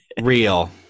real